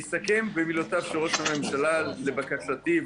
אסכם במילותיו של ראש הממשלה לבקשתי,